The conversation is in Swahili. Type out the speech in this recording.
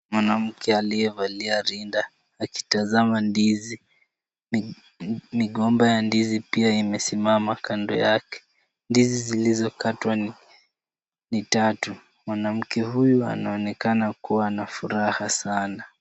Mwanamke aliyevalia rinda akitazama ndizi. Migomba ya ndizi pia imesimama kando yake. Ndizi zilizokatwa ni tatu. Mwanamke huyu anaonekana kuwa na furaha sana.